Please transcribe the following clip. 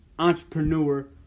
Entrepreneur